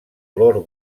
lord